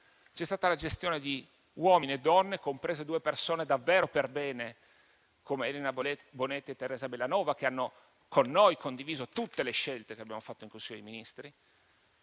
C'è stata la gestione di uomini e donne, comprese due persone davvero perbene, come Elena Bonetti e Teresa Bellanova, che hanno con noi condiviso tutte le scelte che abbiamo fatto in Consiglio dei ministri.